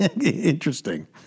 Interesting